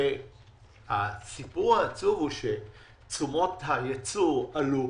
והסיפור העצוב הוא שתשומות הייצור עלו,